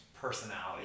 personality